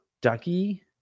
ducky